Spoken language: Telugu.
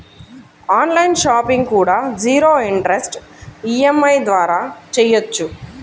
ఆన్ లైన్ షాపింగ్ కూడా జీరో ఇంటరెస్ట్ ఈఎంఐ ద్వారా చెయ్యొచ్చు